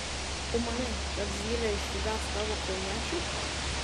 tu manai kad zylė išsigąs tavo kauniečių